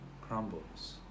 crumbles